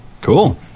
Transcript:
Cool